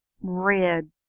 Red